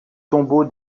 tombeau